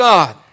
God